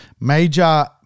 major